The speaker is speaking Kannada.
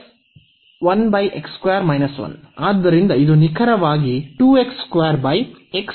ಆದ್ದರಿಂದ ಇದು ನಿಖರವಾಗಿ ಆಗಿರುತ್ತದೆ